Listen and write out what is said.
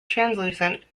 translucent